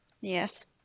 Yes